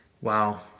wow